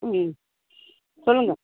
ம் சொல்லுங்கள்